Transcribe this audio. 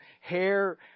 hair